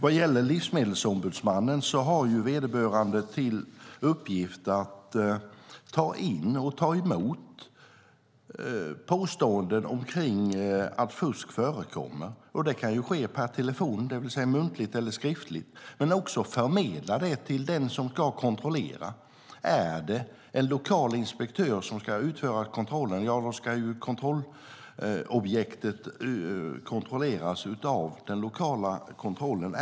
Vad gäller Livsmedelsombudsmannen har vederbörande till uppgift att ta in och ta emot påståenden om att fusk förekommer. Det kan ske per telefon, det vill säga muntligt, eller skriftligt. Ombudsmannen ska också förmedla detta till den som ska kontrollera. Ska kontrollen av objektet göras på lokal nivå ska den göras av en lokal inspektör.